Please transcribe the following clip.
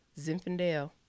Zinfandel